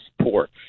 support